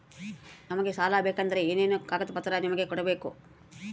ನಮಗೆ ಸಾಲ ಬೇಕಂದ್ರೆ ಏನೇನು ಕಾಗದ ಪತ್ರ ನಿಮಗೆ ಕೊಡ್ಬೇಕು?